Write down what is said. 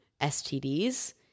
STDs